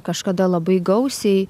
kažkada labai gausiai